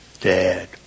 dad